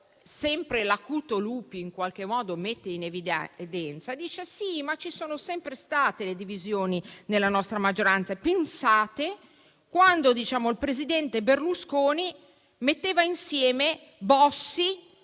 sempre l'acuto Lupi in qualche modo mette in evidenza è che ci sono sempre state le divisioni nella sua maggioranza, ricordando quando il presidente Berlusconi metteva insieme Bossi